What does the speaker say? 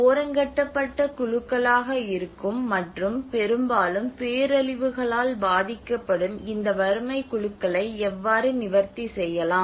ஓரங்கட்டப்பட்ட குழுக்களாக இருக்கும் மற்றும் பெரும்பாலும் பேரழிவுகளால் பாதிக்கப்படும் இந்த வறுமைக் குழுக்களை எவ்வாறு நிவர்த்தி செய்யலாம்